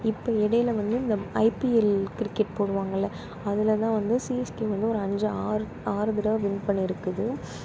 இப்போ இடையில வந்து இந்த ஐபிஎல் கிரிக்கெட் போடுவாங்கல்ல அதில் தான் வந்து சிஎஸ்கே வந்து ஒரு அஞ்சு ஆறு ஆறு தடவை வின் பண்ணியிருக்குது